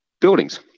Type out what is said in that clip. buildings